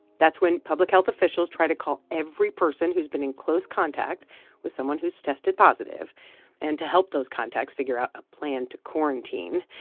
that's when public health officials try to call every person who's been in close contact with someone who's tested positive and to help those contacts figure out a plan to quarantine.